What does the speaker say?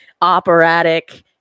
operatic